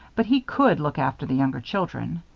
but he could look after the younger children.